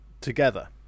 together